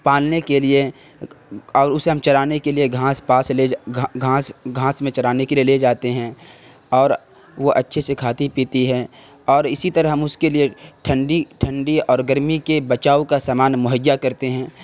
پالنے کے لیے اور اسے ہم چرانے کے لیے گھانس پاس لے گھانس گھانس میں چرانے کے لیے لے جاتے ہیں اور وہ اچھے سے کھاتی پیتی ہیں اور اسی طرح ہم اس کے لیے ٹھنڈی ٹھنڈی اور گرمی کے بچاؤ کا سامان مہیا کرتے ہیں